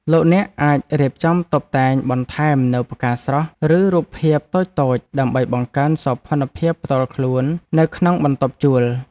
លោកអ្នកអាចរៀបចំតុបតែងបន្ថែមនូវផ្កាស្រស់ឬរូបភាពតូចៗដើម្បីបង្កើនសោភ័ណភាពផ្ទាល់ខ្លួននៅក្នុងបន្ទប់ជួល។